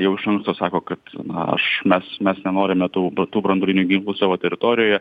jau iš anksto sako kad na aš mes mes nenorime tų tų branduolinių ginklų savo teritorijoje